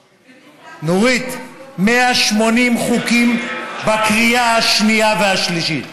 נורית, 180 חוקים בקריאה השנייה והשלישית,